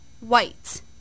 White